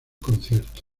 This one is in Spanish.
concierto